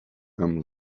amb